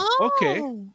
Okay